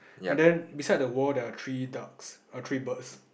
and then beside the wall there're three ducks err three birds